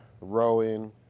rowing